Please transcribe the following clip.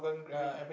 I mean